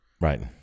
Right